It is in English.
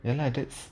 ya lah that's